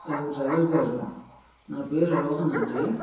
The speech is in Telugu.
హలో డ్రైవర్ గారు నా పేరు రోహన్ అండి